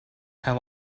how